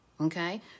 Okay